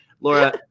Laura